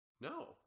No